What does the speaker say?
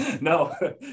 No